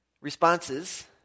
responses